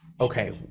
Okay